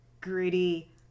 gritty